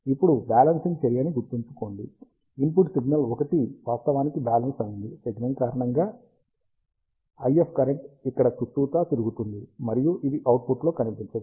ఇప్పుడు బ్యాలెన్సింగ్ చర్య ని మళ్ళీ గుర్తుంచుకోండి ఇన్పుట్ సిగ్నల్ ఒకటి వాస్తవానికి బ్యాలెనన్స్ అయింది సిగ్నల్ కారణంగా IF కరెంట్ ఇక్కడ చుట్టూతా తిరుగుతుంది మరియు ఇది అవుట్పుట్లో కనిపించదు